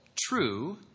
true